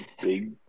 big